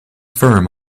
firm